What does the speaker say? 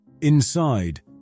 Inside